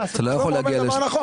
אתה לא אומר דבר נכון.